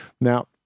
Now